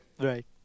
Right